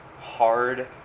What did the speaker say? hard